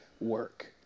work